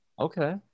okay